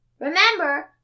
remember